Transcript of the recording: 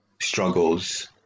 struggles